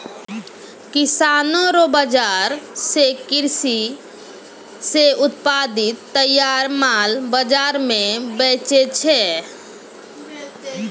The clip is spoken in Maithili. किसानो रो बाजार से कृषि से उत्पादित तैयार माल बाजार मे बेचै छै